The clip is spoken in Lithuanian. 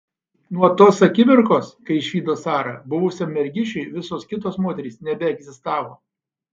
nuo tos akimirkos kai išvydo sarą buvusiam mergišiui visos kitos moterys nebeegzistavo